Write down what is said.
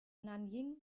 nanjing